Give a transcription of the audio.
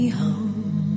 home